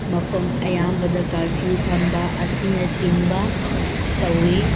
ꯃꯐꯝ ꯑꯌꯥꯝꯕꯗ ꯀꯥꯔꯐ꯭ꯌꯨ ꯊꯝꯕ ꯑꯁꯤꯅꯆꯤꯡꯕ ꯇꯧꯏ